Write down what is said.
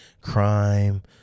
crime